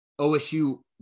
OSU